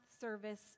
service